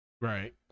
Right